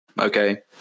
okay